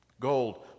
Gold